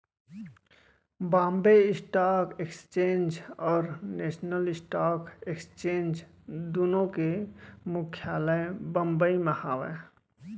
Bombay stock exchange और national stock exchange दुनो के मुख्यालय बंबई म हावय